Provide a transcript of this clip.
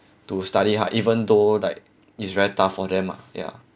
to study hard even though like it's very tough for them ah ya